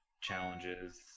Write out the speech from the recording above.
challenges